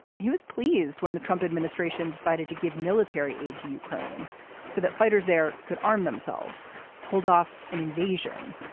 he was pleased when the trump administration decided to give military aid to ukraine so that fighters there could armed themselves hold off an invasion.